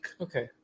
Okay